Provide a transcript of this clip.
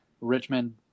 Richmond